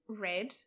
Red